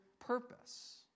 purpose